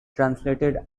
translated